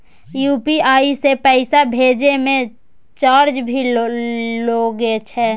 UPI से पैसा भेजै म चार्ज भी लागे छै?